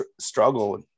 struggle